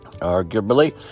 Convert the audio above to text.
Arguably